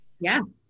yes